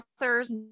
author's